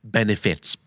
Benefits